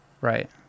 right